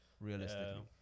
Realistically